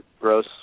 gross